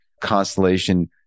Constellation